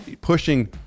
pushing